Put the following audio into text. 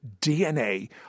DNA